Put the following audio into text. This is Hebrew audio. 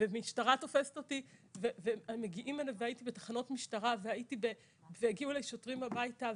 משטרה תופסת אותי והייתי בתחנות משטרה והגיעו אלי שוטרים הביתה.